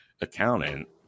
accountant